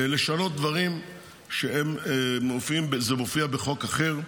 לשנות דברים שמופיעים בחוק אחר,